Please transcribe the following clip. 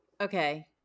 Okay